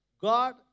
God